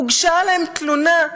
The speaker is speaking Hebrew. הוגשה עליהם תלונה,